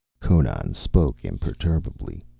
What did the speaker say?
conan spoke imperturbably.